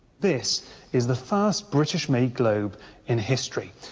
this is the first british-made globe in history.